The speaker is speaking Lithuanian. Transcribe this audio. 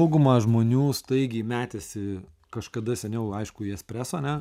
dauguma žmonių staigiai metėsi kažkada seniau aišku į espreso ane